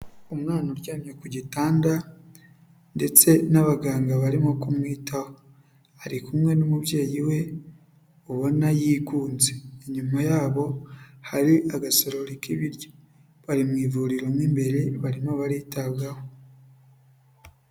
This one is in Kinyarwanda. Umwana uryamye ku gitanda ndetse n'abaganga barimo kumwitaho, ari kumwe n'umubyeyi we ubona yigunze, inyuma yabo hari agasorori k'ibiryo, bari mu ivuriro mo imbere, barimo baritabwaho.